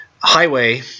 Highway